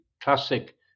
classic